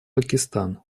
пакистан